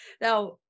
Now